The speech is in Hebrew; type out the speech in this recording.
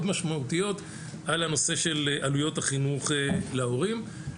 משמעותיות על הנושא של עלויות החינוך להורים,